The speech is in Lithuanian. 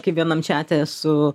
kaip vienam čiate esu